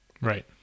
right